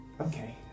Okay